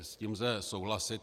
S tím lze souhlasit.